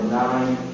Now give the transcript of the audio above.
nine